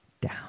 down